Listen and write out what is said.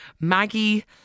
Maggie